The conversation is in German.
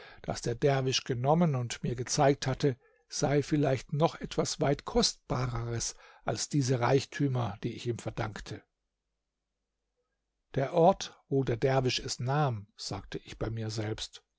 das der derwisch genommen und mir gezeigt hatte sei vielleicht noch etwas weit kostbareres als diese reichtümer die ich ihm verdankte der ort wo der derwisch es nahm sagte ich bei mir selbst